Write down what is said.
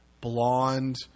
blonde